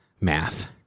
math